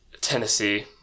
Tennessee